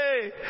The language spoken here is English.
hey